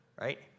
Right